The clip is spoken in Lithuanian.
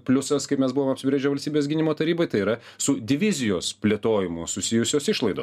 pliusas kaip mes buvom apsibrėžę valstybės gynimo taryboj tai yra su divizijos plėtojimu susijusios išlaidos